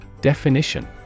Definition